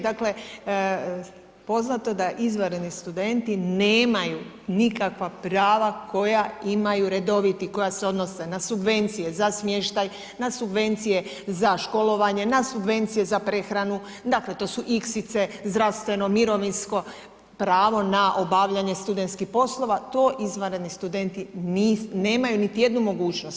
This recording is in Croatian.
Dakle poznato je da izvanredni studenti nemaju nikakva prava koja imaju redovi i koja se odnose na subvencije za smještaj, na subvencije za školovanje, na subvencije za prehranu, dakle to su iksice, zdravstveno, mirovinsko, pravo na obavljanje studentskih poslova, to izvanredni studenti nemaju niti jednu mogućnost.